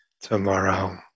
tomorrow